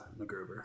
McGruber